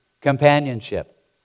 companionship